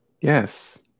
Yes